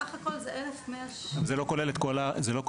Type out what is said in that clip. סך הכול זה 1,100 --- זה לא כולל את כל ההכשרות,